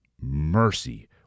mercy